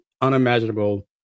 unimaginable